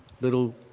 little